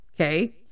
okay